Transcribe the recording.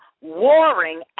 warring